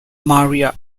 maria